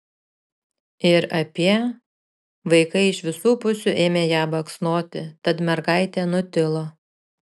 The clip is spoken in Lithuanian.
ir apie vaikai iš visų pusių ėmė ją baksnoti tad mergaitė nutilo